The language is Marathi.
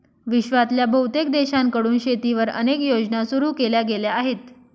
विश्वातल्या बहुतेक देशांकडून शेतीवर अनेक योजना सुरू केल्या गेल्या आहेत